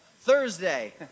Thursday